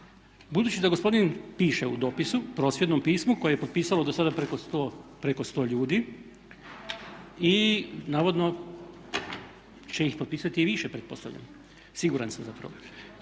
kažem. Gospodin piše u dopisu/prosvjednom pismu koje je potpisalo dosada preko 100 ljudi i navodno će ih potpisati i više pretpostavljam, siguran sam zapravo.